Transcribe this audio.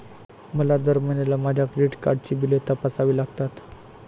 मला दर महिन्याला माझ्या क्रेडिट कार्डची बिले तपासावी लागतात